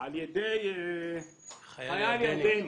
על ידי חיל ירדני,